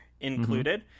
included